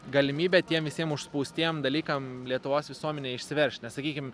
galimybę tiem visiem užspaustiem dalykam lietuvos visuomenėj išsiveržt nes sakykim